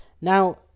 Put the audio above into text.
now